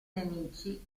nemici